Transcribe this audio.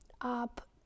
up